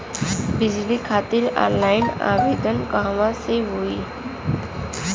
बिजली खातिर ऑनलाइन आवेदन कहवा से होयी?